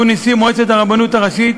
שהוא נשיא מועצת הרבנות הראשית,